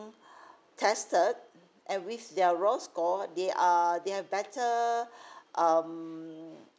tested and with their raw score they are they have better um